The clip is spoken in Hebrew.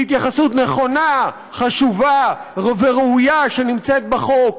שהיא התייחסות נכונה, חשובה וראויה, שנמצאת בחוק